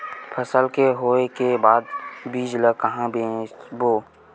फसल के होय के बाद बीज ला कहां बेचबो?